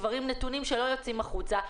נתונים שלא יוצאים החוצה,